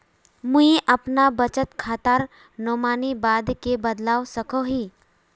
मुई अपना बचत खातार नोमानी बाद के बदलवा सकोहो ही?